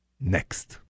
next